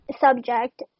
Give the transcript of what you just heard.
subject